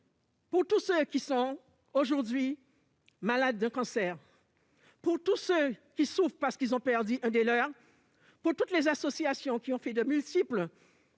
Pour tous ceux qui sont aujourd'hui malades d'un cancer, pour tous ceux qui souffrent parce qu'ils ont perdu l'un des leurs, pour toutes les associations qui ont déposé de multiples